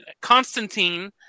Constantine